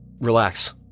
Relax